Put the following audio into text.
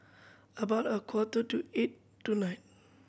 about a quarter to eight tonight